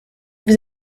vous